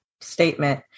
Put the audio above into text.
statement